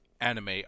anime